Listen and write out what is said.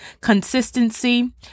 consistency